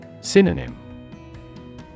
Synonym